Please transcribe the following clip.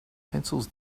pencils